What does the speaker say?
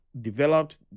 developed